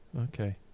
Okay